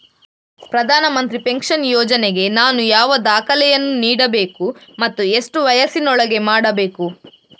ಪ್ರಧಾನ ಮಂತ್ರಿ ಪೆನ್ಷನ್ ಯೋಜನೆಗೆ ನಾನು ಯಾವ ದಾಖಲೆಯನ್ನು ನೀಡಬೇಕು ಮತ್ತು ಎಷ್ಟು ವಯಸ್ಸಿನೊಳಗೆ ಮಾಡಬೇಕು?